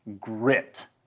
grit